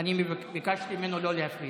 ביקשתי ממנו לא להפריע.